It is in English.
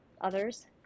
others